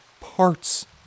parts